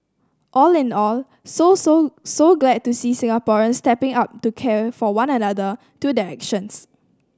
all in all so so so glad to see Singaporeans stepping up to care for one another through their actions